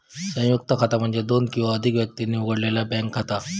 संयुक्त खाता म्हणजे दोन किंवा अधिक व्यक्तींनी उघडलेला बँक खाता